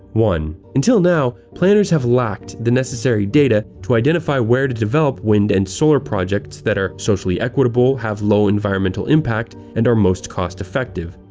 one, until now planners have lacked the necessary data to identify where to develop wind and solar projects that are socially equitable, have low-environmental impact, and are most cost-effective.